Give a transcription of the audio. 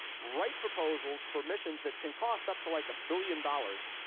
write proposals for missions that can cost up to like a billion dollars,